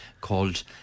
called